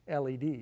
LEDs